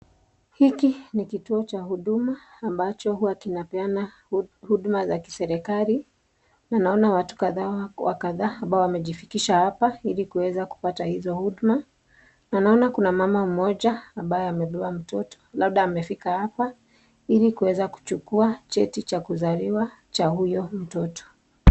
Hiki ni kituo cha huduma ambacho watu kinapeana huduma ya kiserikali na naona watu kadhaa wa kadhaa ambao wamejifikisha hapa ili kuweza kupata hizo huduma na naona kuna mama mmoja ambaye amebeba mtoto labda amefika hapa ili kuweza kuchukua cheti cha kuzaliwa cha huyo mtoto.